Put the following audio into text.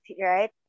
right